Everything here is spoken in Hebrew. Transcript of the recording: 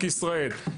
קצת.